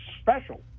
special